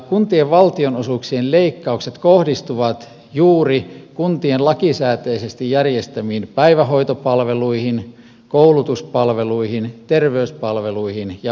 kuntien valtionosuuksien leikkaukset kohdistuvat juuri kuntien lakisääteisesti järjestämiin päivähoitopalveluihin koulutuspalveluihin terveyspalveluihin ja vanhuspalveluihin